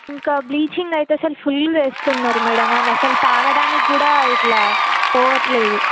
ఇంకా బ్లీచింగ్ అయితే అసలు ఫుల్ వేస్తున్నారు మ్యాడమ్ అది అసలు తాగడానికి కూడా ఇట్లా పొవట్లేదు